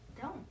Don't